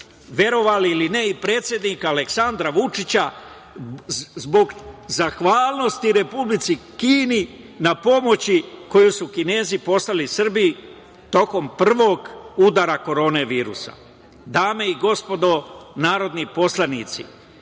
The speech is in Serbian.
verovali ili ne, i predsednika, Aleksandra Vučića, zbog zahvalnosti Republici Kini na pomoći koju su Kinezi poslali Srbiji tokom prvog udara Korona virusa. Dame i gospodo narodni poslanici,